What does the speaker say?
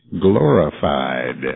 glorified